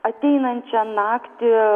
ateinančią naktį